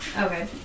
Okay